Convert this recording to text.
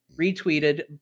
retweeted